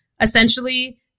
Essentially